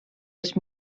les